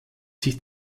sich